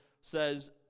says